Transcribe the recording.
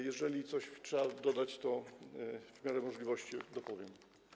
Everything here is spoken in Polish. Jeżeli coś trzeba dodać, to w miarę możliwości dopowiem.